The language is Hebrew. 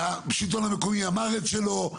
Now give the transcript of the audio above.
והשלטון המקומי כבר אמר את שלו,